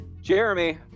Jeremy